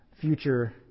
future